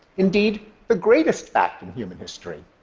indeed the greatest fact in human history.